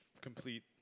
complete